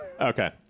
Okay